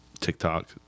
TikTok